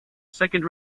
second